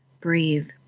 breathe